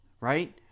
right